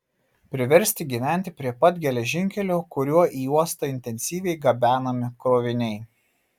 priversti gyventi prie pat geležinkelio kuriuo į uostą intensyviai gabenami kroviniai